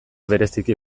bereziki